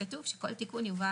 כתוב שכל תיקון יובא